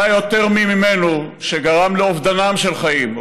לא היה מי שיותר ממנו גרם לאובדנם של חיים,